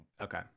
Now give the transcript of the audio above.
Okay